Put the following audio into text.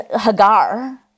Hagar